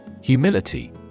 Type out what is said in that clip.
Humility